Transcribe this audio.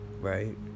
Right